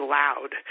loud